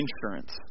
insurance